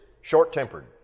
short-tempered